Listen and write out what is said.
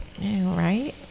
Right